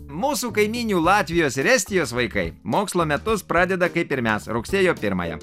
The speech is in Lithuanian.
mūsų kaimynių latvijos ir estijos vaikai mokslo metus pradeda kaip ir mes rugsėjo pirmąją